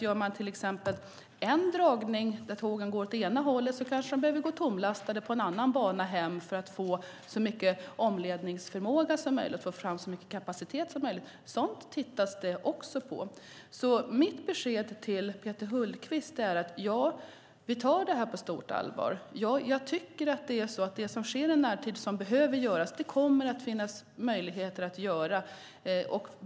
Gör man till exempel en dragning där tågen går åt det ena hållet behöver de kanske gå tomlastade på en annan bana hem för att få så mycket omledningsförmåga och få fram så mycket kapacitet som möjligt. Sådant tittas det också på. Mitt besked till Peter Hultqvist är: Ja, vi tar det här på stort allvar. Ja, jag tycker att det som ska ske i närtid och som behöver göras kommer det att finnas möjligheter till.